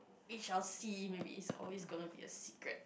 we shall see maybe it's always gonna be a secret